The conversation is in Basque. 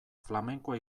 flamenkoa